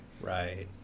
Right